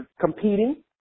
competing